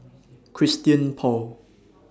Christian Paul